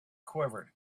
quivered